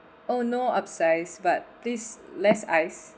oh no upsize but please less ice